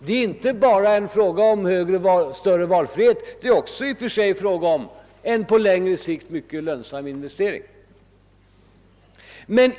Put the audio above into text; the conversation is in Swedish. Det är inte bara en fråga om större valfrihet; det är också fråga om en på längre sikt mycket lönsam investering.